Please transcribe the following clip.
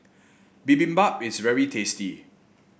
bibimbap is very tasty